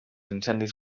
incendis